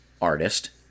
artist